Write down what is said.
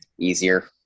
easier